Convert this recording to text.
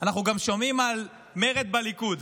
אנחנו גם שומעים על מרד בליכוד.